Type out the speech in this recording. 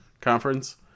conference